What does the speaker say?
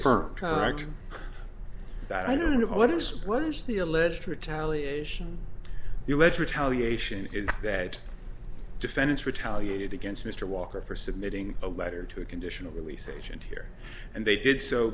affirm that i don't know what is what is the alleged retaliation retaliate is that defendants retaliated against mr walker for submitting a letter to a conditional release agent here and they did so